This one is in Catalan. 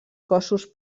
cossos